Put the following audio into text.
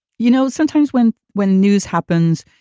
you know, sometimes when when news happens,